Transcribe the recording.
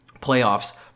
playoffs